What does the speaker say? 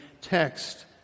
text